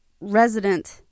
resident